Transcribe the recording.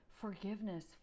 Forgiveness